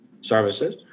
services